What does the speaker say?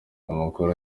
amakuru